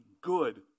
good